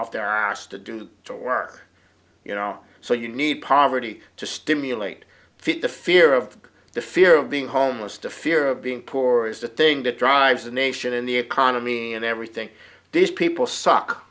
off their ass to do the work you know so you need poverty to stimulate fit the fear of the fear of being homeless the fear of being poor is the thing that drives the nation and the economy and everything these people suck